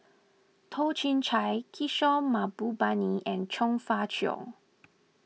Toh Chin Chye Kishore Mahbubani and Chong Fah Cheong